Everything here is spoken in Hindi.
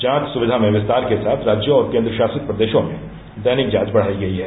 जांच सुविधा में विस्तार के साथ राज्यों और केंद्रशासित प्रदेशों में दैनिक जांच बढ़ाई गई है